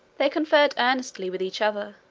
they conferred earnestly with each other,